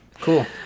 Cool